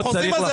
הם חוזרים על זה,